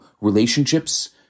relationships